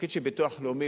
התפקיד של ביטוח לאומי